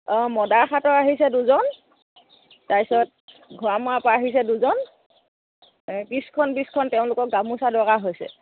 অঁ মদাৰখাতৰ আহিছে দুজন তাৰপিছত ঘৰামৰাৰপৰা আহিছে দুজন বিছখন বিছখন তেওঁলোকক গামোচা দৰকাৰ হৈছে